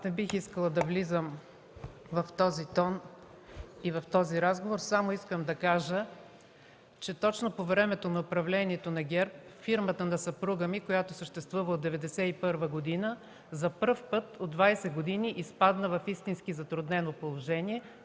Не бих искала да влизам в този тон и в този разговор. Само искам да кажа, че точно по времето на управлението на ГЕРБ фирмата на съпруга ми, която съществува от 1991 г., за пръв път от 20 години изпадна в истински затруднено положение,